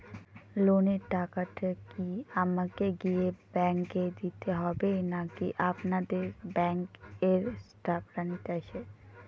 লোনের টাকাটি কি আমাকে গিয়ে ব্যাংক এ দিতে হবে নাকি আপনাদের ব্যাংক এর স্টাফরা নিতে আসে?